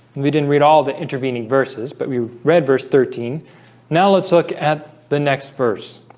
we didn't read all the intervening verses but we read verse thirteen now. let's look at the next verse